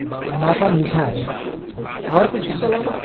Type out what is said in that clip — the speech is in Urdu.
منافع میٹھا ہے اچھا اور کچھ اس کے علاوہ